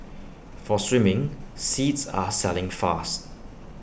for swimming seats are selling fast